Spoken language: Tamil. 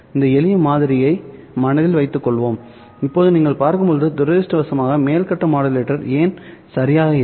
இந்த எளிய மாதிரியை மனதில் வைத்துக் கொள்வோம் இப்போது நீங்கள் பார்க்கும்போது துரதிர்ஷ்டவசமாக மேல் கட்ட மாடுலேட்டர் ஏன் சரியாக இல்லை